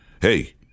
Hey